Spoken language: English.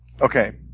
Okay